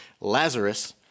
Lazarus